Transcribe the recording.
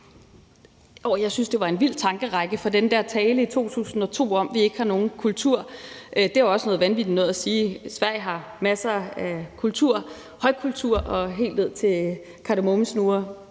Jeg synes, det var en vild tankerække fra den der tale i 2002 om, at de ikke har nogen kultur. Det er også noget vanvittigt noget at sige. Sverige har masser af kultur, fra højkultur og helt ned til kardemommesnurrer,